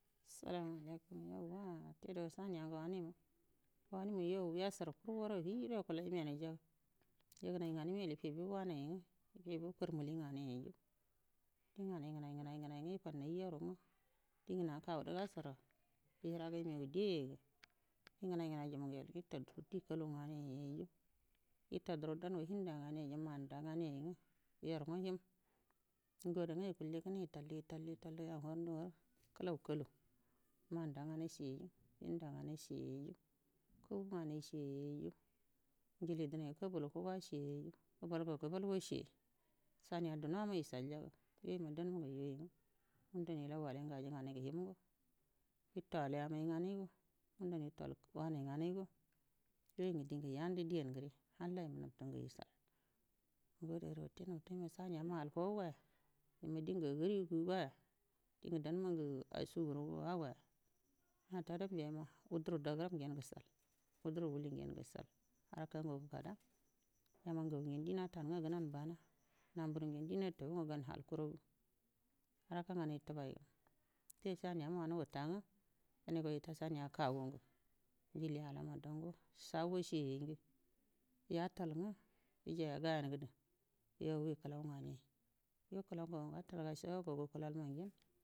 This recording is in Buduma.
Assalamu alaikum yeh wa wute dou kaniya waniyo wanyo gu yecar kuru aftigudo necal yimen yege gamai yafige wanai nga jige kirmihin gau yamun ngenai ngenai nge hanno kawo do yiceno hijirai gan di ye yiryenai ngenai yitai fito kola ngani yitogere dan ngo die ngo odenga yital yital nga yo kulai kalu gan dama yitui sai lugu nachoyoyu dira kobulu kuwan yayu gebolgo gebolgo ci yeyu sana duna yical nge yo mingi yeu yu gan gani yu hin o wutale amaigo yital wanai ganwo yoyin dan nge waniye dammaro ngo ade geri yen nal fougo yari go durigagu yi figoiyowa ridange go awoye kamai mo alfogowa kurogu yifigowa rudange awoya dageram gen gical cebu lugun aci boa ngu kada nango aman bana na buru ro gan go bana kuri harka nganai tuboi sai shana man tai anigi kawugedi jile alamango chainge yijaya gayyan gedi yo hi kilau ngani yukiladau nge.